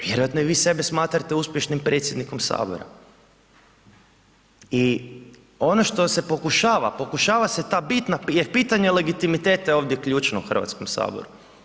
Vjerojatno i vi sebe smatrate uspješnim predsjednikom Sabora i ono što se pokušava, pokušava se ta bitna jer pitanje legitimiteta je ovdje ključna u HS-u.